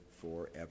forever